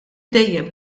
dejjem